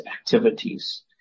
activities